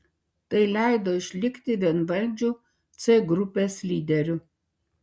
tai leido išlikti vienvaldžiu c grupės lyderiu